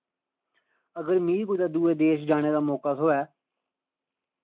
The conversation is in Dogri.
अगर मी कुतै दूए देश जाने दा मौका थ्होए